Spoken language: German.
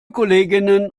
kolleginnen